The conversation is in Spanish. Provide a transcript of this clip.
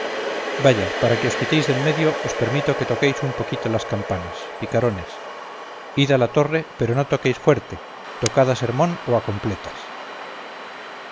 vaya para que os quitéis de en medio os permito que toquéis un poquito las campanas picarones id a la torre pero no toquéis fuerte tocad a sermón o a completas